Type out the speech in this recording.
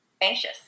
anxious